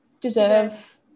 Deserve